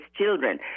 children